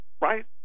right